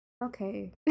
Okay